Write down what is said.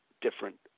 different